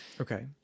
Okay